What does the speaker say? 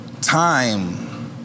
time